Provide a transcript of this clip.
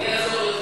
אני אעזור יותר,